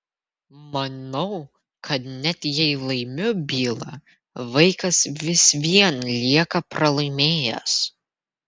manau kad net jei laimiu bylą vaikas vis vien lieka pralaimėjęs